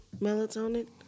melatonin